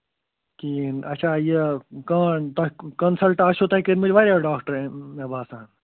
کِہیٖنٛۍ اَچھا یہِ کان تۄہہِ کنسلٹہٕ آسٮ۪و تُہۍ کٔرۍمِتۍ وارِیاہ ڈاکٹر مےٚ باسان